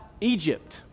Egypt